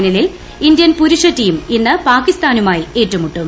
ഫൈനലിൽ ഇന്ത്യൻ പുരുഷ ടീം ഇന്ന് പാകിസ്ഥാനുമായി ഏറ്റുമുട്ടും